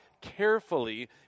carefully